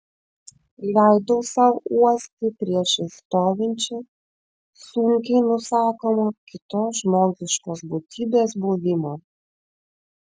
leidau sau uosti priešais stovinčią sunkiai nusakomą kitos žmogiškos būtybės buvimą